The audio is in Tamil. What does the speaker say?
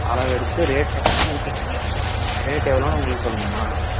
அளவெடுத்து ரேட்டு எவ்வளோன்னு உங்களுக்கு ரேட்டு எவ்வளோன்னு உங்களுக்கு சொல்லணுமா